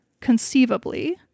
conceivably